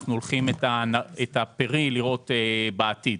שאנחנו הולכים את הפרי לראות בעתיד.